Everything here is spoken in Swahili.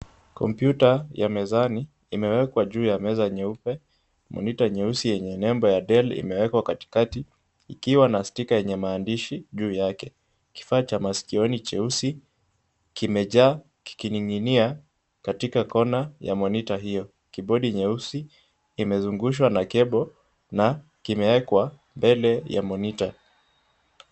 Kompiuta ya mezani imewekwa juu ya meza nyeupe, monita nyeusi yenye nembo ya Dell imewekwa katikati ikiwa na stika yenye maandishi juu yake. Kifaa cha masikioni cheusi kimejaa kikining'inia katika kona ya monita hiyo, kibodi nyeusi imezungushwa na cable na kimewekwa mbele ya monita.